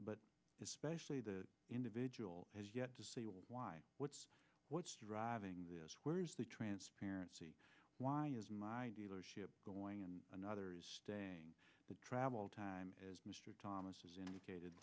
but especially the individual has yet to see why what's what's driving this where is the transparency why is my dealership going and another is staying the travel time as mr thomas has indicated